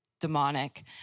demonic